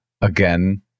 again